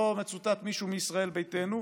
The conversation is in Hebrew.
לא מצוטט מישהו מישראל ביתנו,